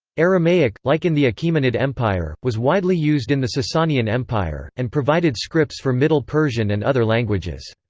aramaic, like in the achaemenid empire, was widely used in the sasanian empire, and provided scripts for middle persian and other languages.